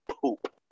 poop